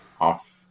off